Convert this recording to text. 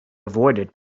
avoided